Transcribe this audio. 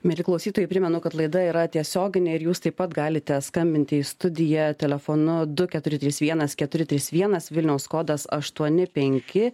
mieli klausytojai primenu kad laida yra tiesioginė ir jūs taip pat galite skambinti į studiją telefonu du keturi trys vienas keturi trys vienas vilniaus kodas aštuoni penki